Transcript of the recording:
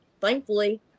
thankfully